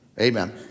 Amen